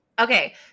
Okay